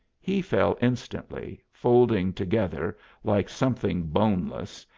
he fell instantly, folding together like something boneless,